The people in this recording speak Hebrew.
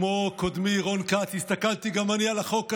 כמו קודמי, רון כץ, הסתכלתי גם אני על החוק הזה,